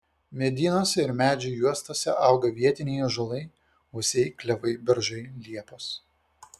medynuose ir medžių juostose auga vietiniai ąžuolai uosiai klevai beržai liepos